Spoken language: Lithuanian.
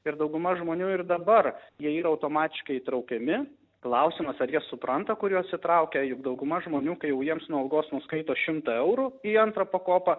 ir dauguma žmonių ir dabar jie yra automatiškai įtraukiami klausimas ar jie supranta kur juos įtraukia juk dauguma žmonių kai jau jiems nuo algos nuskaito šimtą eurų į antrą pakopą